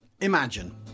Imagine